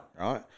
Right